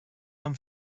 han